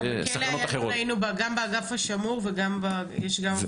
גם בכלא איילון היינו גם באגף השמור וגם --- אגב,